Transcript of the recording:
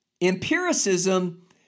empiricism